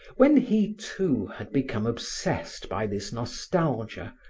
when he, too, had become obsessed by this nostalgia,